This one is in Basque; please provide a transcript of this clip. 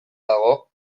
dago